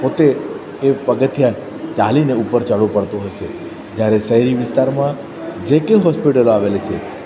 પોતે એ પગથિયા ચાલીને ઉપર ચડવું પડતું હોય છે જ્યારે શહેરી વિસ્તારમાં જેટલી હોસ્પિટલ આવેલી છે